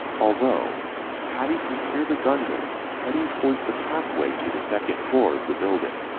although patty can hear the gunman heading towards the pathway to the second floor of the building,